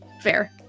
Fair